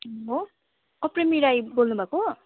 hello ओ प्रेमी राई बोल्नुभएको